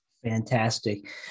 fantastic